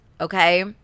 okay